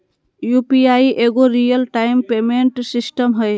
UPI एगो real time payment system हइ